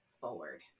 forward